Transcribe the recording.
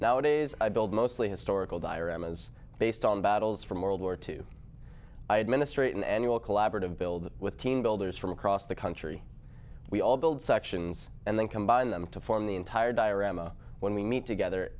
nowadays i build mostly historical dire emmas based on battles from world war two i had ministry in annual collaborative build with team builders from across the country we all build sections and then combine them to form the entire dire amma when we meet together